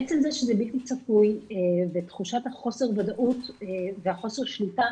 עצם זה שזה בלתי צפוי ותחושת החוסר ודאות וחוסר שליטה,